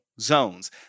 zones